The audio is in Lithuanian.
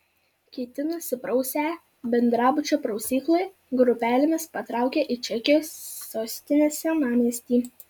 kiti nusiprausę bendrabučio prausykloje grupelėmis patraukė į čekijos sostinės senamiestį